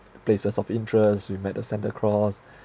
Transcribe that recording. places of interest we met the santa claus